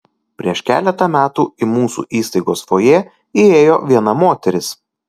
prieš keletą metų į mūsų įstaigos fojė įėjo viena moteris